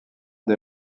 des